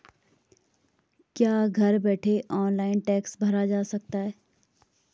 क्या घर बैठे ऑनलाइन टैक्स भरा जा सकता है?